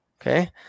Okay